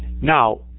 Now